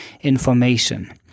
information